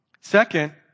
Second